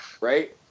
Right